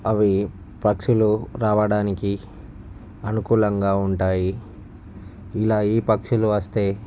అవి పక్షులు రావడానికి అనుకూలంగా ఉంటాయి ఇలా ఈ పక్షులు వస్తే